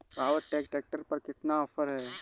Power track tractor पर कितना offer है?